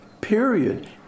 Period